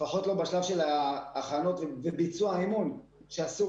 לפחות לא בשלב של ההכנות וביצוע האימון שאסור